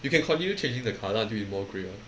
you can continue changing the color until it more grey lor